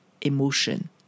emotion